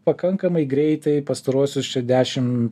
pakankamai greitai pastaruosius čia dešim